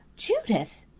judith!